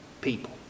people